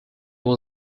was